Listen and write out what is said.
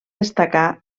destacar